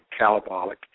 calabolic